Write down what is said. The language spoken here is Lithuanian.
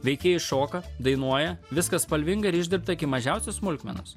veikėjai šoka dainuoja viskas spalvinga ir išdirbta iki mažiausios smulkmenos